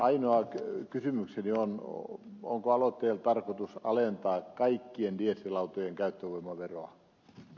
ainoa kysymykseni on onko aloitteella tarkoitus alentaa kaikkien dieselautojen käyttövoimaveroa